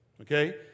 Okay